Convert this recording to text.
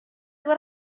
what